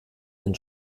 den